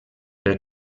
per